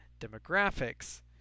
demographics